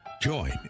Join